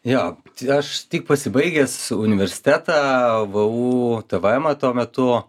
jo tai aš tik pasibaigęs universitetą vu tvemą tuo metu